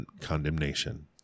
condemnation